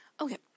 Okay